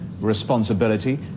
responsibility